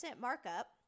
markup